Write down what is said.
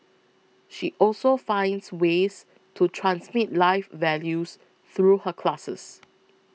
she also finds ways to transmit life values through her classes